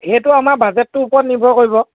সেইটো আমাৰ বাজেটটোৰ ওপৰত নিৰ্ভৰ কৰিব